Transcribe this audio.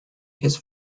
his